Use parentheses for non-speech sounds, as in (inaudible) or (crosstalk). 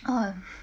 (noise)